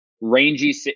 Rangy